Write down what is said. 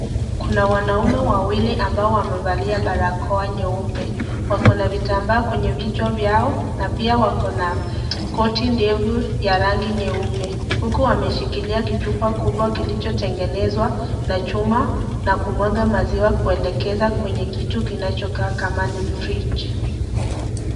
Kuna wanaume wawili ambao wamevalia barako nyeupe. Wako na vitambaa kwenye vichwa vyao na pia wako na koti ndefu ya rangi nyeupe. Huku wameshikilia kichupa kubwa kilichotengenezwa na chuma na kumwaga maziwa kuelekeza kwenye kitu kinacho kaa kama ni [fridge] .